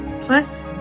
Plus